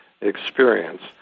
experience